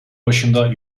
başında